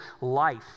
life